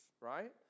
right